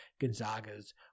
Gonzaga's